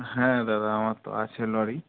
হ্যাঁ দাদা আমার তো আছে লরি